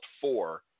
four